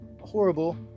horrible